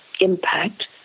impact